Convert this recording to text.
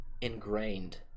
ingrained